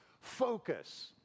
focus